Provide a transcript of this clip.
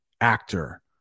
actor